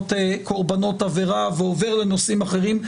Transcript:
קורבנות עבירה ועובר לנושאים אחרים,